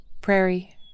Prairie